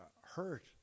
hurt